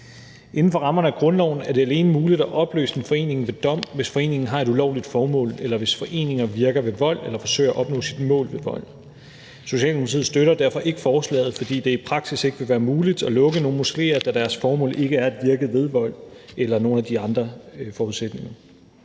Inden for rammerne af grundloven er det alene muligt at opløse en forening ved dom, hvis foreningen har et ulovligt formål, eller hvis foreningen virker ved vold eller forsøger at opnå sit mål med vold. Socialdemokratiet støtter derfor ikke forslaget, fordi det i praksis ikke vil være muligt at lukke nogen moskéer, da deres formål ikke er at virke ved vold eller falder ind under